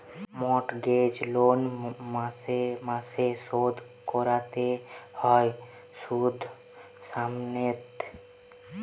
mortgage loan মাসে মাসে শোধ কোরতে হয় শুধ সমেত